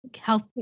help